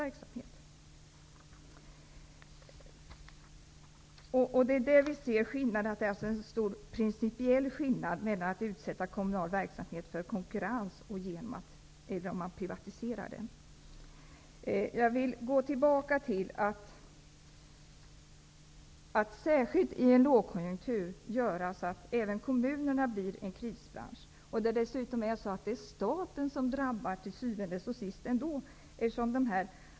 Där ser vi skillnaderna. Det är en stor principiell skillnad mellan att utsätta kommunal verksamhet för konkurrens och att privatisera den. I den lågkonjunktur som råder görs nu även kommunerna till en krisbransch. Det är ju till syvende och sist staten som drabbas.